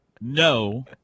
No